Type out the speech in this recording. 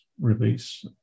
release